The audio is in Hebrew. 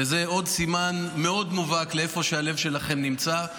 זה עוד סימן מאוד מובהק לאיפה שהלב שלכם נמצא,